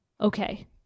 okay